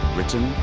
Written